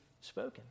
spoken